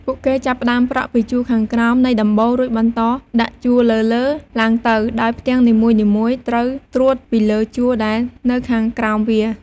ពួកគេចាប់ផ្ដើមប្រក់ពីជួរខាងក្រោមនៃដំបូល រួចបន្តដាក់ជួរលើៗឡើងទៅ ដោយផ្ទាំងនីមួយៗត្រូវត្រួតពីលើជួរដែលនៅខាងក្រោមវា។